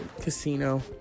Casino